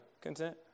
Content